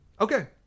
Okay